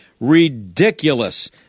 ridiculous